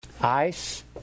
Ice